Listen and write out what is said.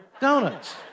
donuts